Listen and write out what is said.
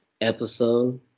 episode